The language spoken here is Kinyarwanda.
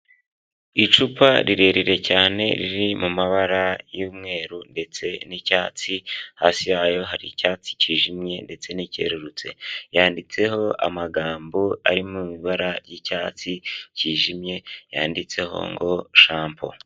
Icupa rirerire cyane riri mu mabara y'umweru ndetse n'icyatsi, hasi yayo hari icyatsi kijimye ndetse n'icyerurutse, yanditseho amagambo ari mu ibara ry'icyatsi kijimye yanditseho ngo shampo.